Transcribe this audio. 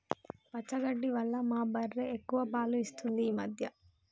పచ్చగడ్డి వల్ల మా బర్రె ఎక్కువ పాలు ఇస్తుంది ఈ మధ్య